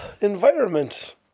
environment